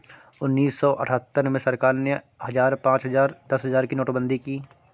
उन्नीस सौ अठहत्तर में सरकार ने हजार, पांच हजार, दस हजार की नोटबंदी की